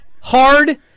hard